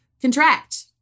contract